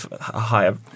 higher